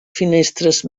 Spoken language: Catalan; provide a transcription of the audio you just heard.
finestres